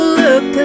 look